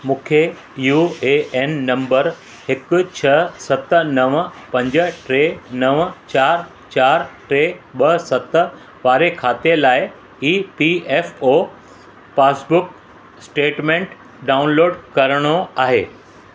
मूंखे U A N number हिकु छह सत नव पंज टे नव चार चार टे ॿ सत वारे खाते लाइ E P P F O passbook statement download करिणो आहे